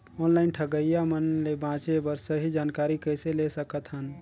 Online ठगईया मन ले बांचें बर सही जानकारी कइसे ले सकत हन?